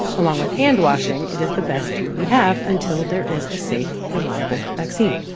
along with handwashing, it is the best tool we have until there is a safe, reliable vaccine.